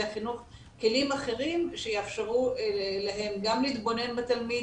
החינוך כלים אחרים שיאפשרו להם גם להתבונן בתלמיד,